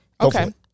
Okay